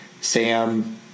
Sam